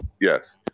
Yes